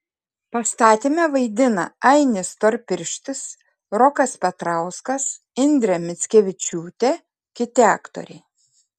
pastatyme vaidina ainis storpirštis rokas petrauskas indrė mickevičiūtė kiti aktoriai